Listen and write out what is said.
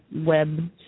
web